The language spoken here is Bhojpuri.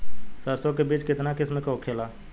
सरसो के बिज कितना किस्म के होखे ला?